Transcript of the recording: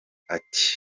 ati